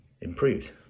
improved